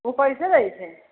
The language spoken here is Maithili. ओ कैसे रहै छै